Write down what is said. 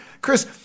Chris